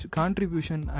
contribution